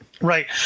Right